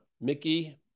Mickey